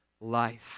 life